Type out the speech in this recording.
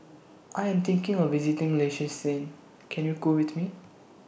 I Am thinking of visiting Liechtenstein Can YOU Go with Me